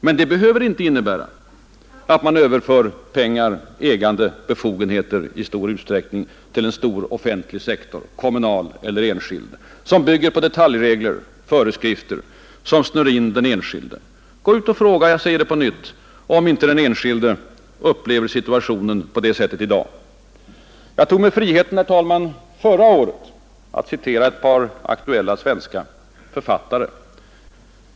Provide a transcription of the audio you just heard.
Men det behöver inte innebära att man överför pengar, ägande och befogenheter i stor utsträckning till en stor offentlig sektor, kommunal eller enskild, som bygger på föreskrifter och detaljregler vilka snör in den enskilde. Jag säger på nytt: gå ut och fråga de enskilda om de inte upplever situationen på det sättet i dag! Jag tog mig förra året friheten, herr talman, att citera ett par aktuella svenska författare.